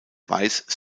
weiß